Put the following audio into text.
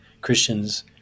Christians